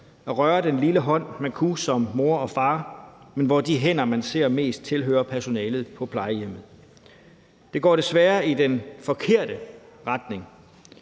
at røre den lille hånd, man kunne som mor og far, men hvor de hænder, man ser mest, tilhører personalet på plejehjemmet. Det går desværre i den forkerte retning.